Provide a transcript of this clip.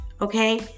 okay